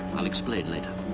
i'll explain later.